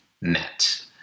met